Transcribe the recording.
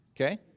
Okay